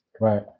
right